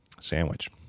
Sandwich